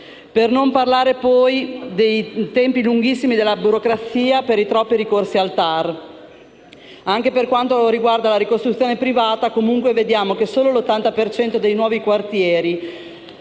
Per non parlare, poi, dei tempi lunghissimi della burocrazia per i troppi ricorsi al TAR. Anche per quanto riguarda la ricostruzione privata, vediamo comunque che solo l'80 per cento dei nuovi quartieri